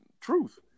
truth